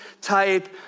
type